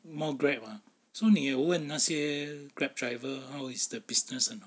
more grab uh so 你有问那些 grab driver how is the business or not